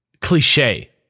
cliche